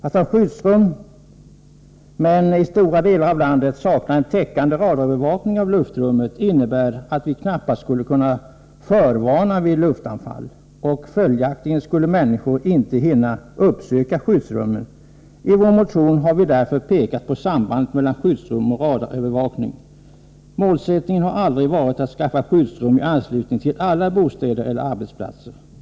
Att ha skyddsrum men i stora delar av landet sakna en täckande radarövervakning av luftrummet innebär att vi knappast skulle kunna förvarna vid luftanfall. Följaktligen skulle människor inte hinna uppsöka skyddsrummen. I vår motion har vi därför pekat på sambandet mellan skyddsrum och radarövervakning. Målsättningen har aldrig varit att skaffa skyddsrum i anslutning till alla bostäder eller arbetsplatser.